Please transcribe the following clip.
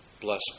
bless